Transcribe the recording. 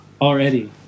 already